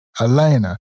elena